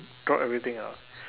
got everything ah